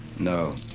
no.